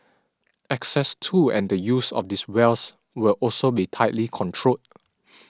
access to and the use of these wells will also be tightly controlled